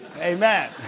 Amen